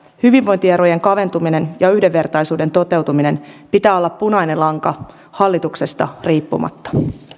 hyvinvointierojen kaventumisen ja yhdenvertaisuuden toteutumisen pitää olla punainen lanka hallituksesta riippumatta